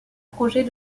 projet